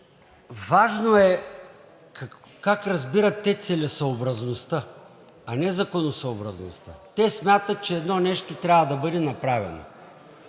важно е как разбират те целесъобразността, а не законосъобразността. Те смятат, че едно нещо трябва да бъде направено.